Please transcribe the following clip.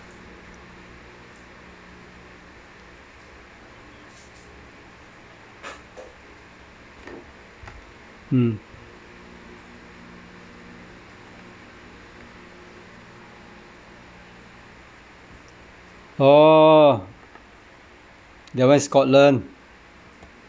mm oh that one is scotland